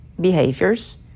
behaviors